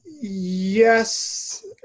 Yes